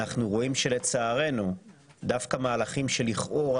אנחנו רואים שלצערנו דווקא מהלכים שלכאורה